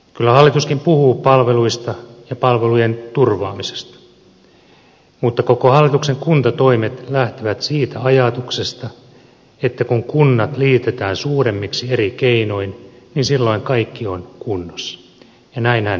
kyllä hallituskin puhuu palveluista ja palvelujen turvaamisesta mutta koko hallituksen kuntatoimet lähtevät siitä ajatuksesta että kun kunnat liitetään suuremmiksi eri keinoin niin silloin kaikki on kunnossa ja näinhän se ei mene